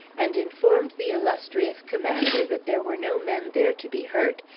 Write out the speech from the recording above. and informed the illustrious commander that there were no men there to be hurt,